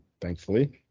Thankfully